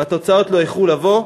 והתוצאות לא איחרו לבוא.